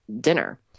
dinner